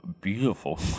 beautiful